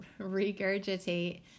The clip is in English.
regurgitate